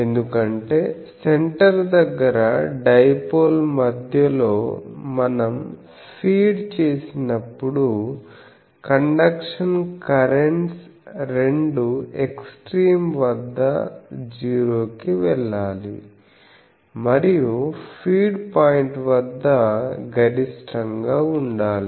ఎందుకంటే సెంటర్ దగ్గర డైపోల్ మధ్య లో మనం ఫీడ్ చేసినప్పుడు కండక్షన్ కరెంట్స్ రెండు ఎక్స్ట్రీమ్ వద్ద జీరో కి వెళ్ళాలి మరియు ఫీడ్ పాయింట్ వద్ద గరిష్టంగా ఉండాలి